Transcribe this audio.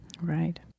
Right